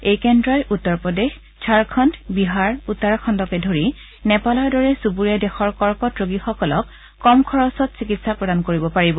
এই কেন্দ্ৰই উত্তৰ প্ৰদেশ ঝাৰখণু বিহাৰ উত্তৰাখণুকে ধৰি নেপালৰ দৰে চুবুৰীয়া দেশৰ কৰ্কট ৰোগীসকলক কম খৰচত চিকিৎসা প্ৰদান কৰিব পাৰিব